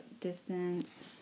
distance